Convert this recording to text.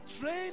train